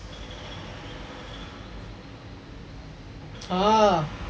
ah